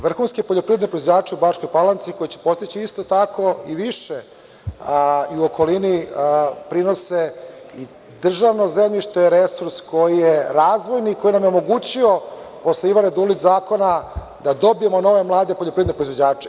Vrhunske poljoprivredne proizvođače u Bačkoj Palanci koji će postići isto tako i više i okolini prinose i državno zemljište je resurs koji je razvojni i koji nam je omogućio, posle Ivane Dulić zakona, da dobijemo nove mlade poljoprivredne proizvođače.